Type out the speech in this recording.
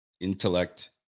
intellect